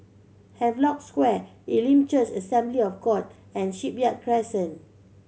Havelock Square Elim Church Assembly of God and Shipyard Crescent